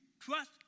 trust